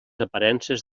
aparences